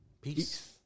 Peace